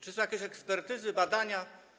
Czy są jakieś ekspertyzy, badania?